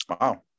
Wow